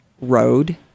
road